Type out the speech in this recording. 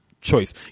choice